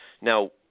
Now